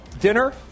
dinner